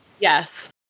Yes